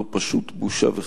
זו פשוט בושה וחרפה: